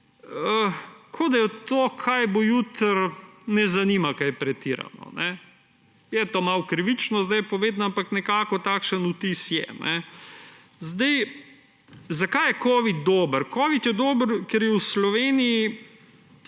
kot da je to, kaj bo jutri, ne zanima kaj pretirano. To je malo krivično zdaj povedano, ampak nekako takšen vtis je. Zakaj je covid dober? Covid je dober, ker je v Sloveniji